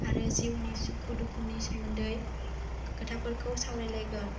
आरो जिउनि सुखु दुखुनि सोमोन्दै खोथाफोरखौ सावरायलायगोन